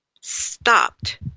stopped